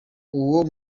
uwo